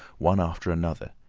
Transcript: one after another.